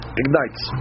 ignites